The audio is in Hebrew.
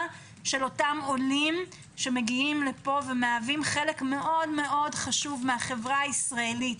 של אותם עולים שמגיעים לישראל ומהווים חלק מאוד חשוב בחברה הישראלית.